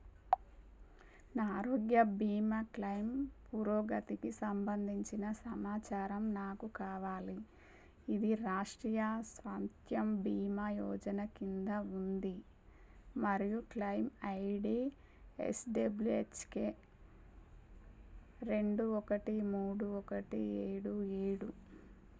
నా ఆరోగ్య బీమా క్లైమ్ పురోగతికి సంబంధించిన సమాచారం నాకు కావాలి ఇది రాష్ట్రీయ సాంఖ్యం బీమా యోజన కింద ఉంది మరియు క్లైమ్ ఐడి ఎస్డబ్ల్యుఎస్కె రెండు ఒకటి మూడు ఒకటి ఏడు ఏడు